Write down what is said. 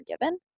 given